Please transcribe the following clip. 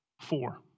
four